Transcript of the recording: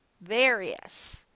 various